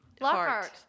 Lockhart